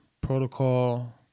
protocol